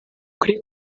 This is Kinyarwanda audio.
kuri